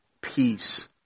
peace